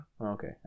Okay